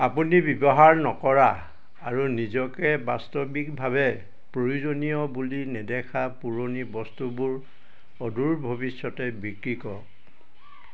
আপুনি ব্যৱহাৰ নকৰা আৰু নিজকে বাস্তৱিকভাৱে প্ৰয়োজনীয় বুলি নেদেখা পুৰণি বস্তুবোৰ অদূৰ ভৱিষ্যতে বিক্ৰী কৰক